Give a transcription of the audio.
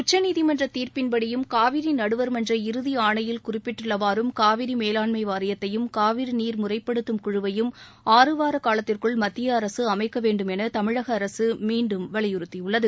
உச்சநீதிமன்ற தீர்ப்பின்படியும் காவிரி நடுவர்மன்ற இறுதி ஆணையில் குறிப்பிட்டுள்ளவாறும் காவிரி மேலாண்மை வாரியத்தையும் காவிரி நீர் முறைப்படுத்தும் குழுவையும் ஆறுவார காலத்திற்குள் மத்திய அரசு அமைக்க வேண்டும் என தமிழக அரசு மீண்டும் வலியுறுத்தியுள்ளது